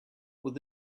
with